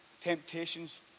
temptations